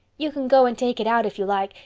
you can go and take it out if you like.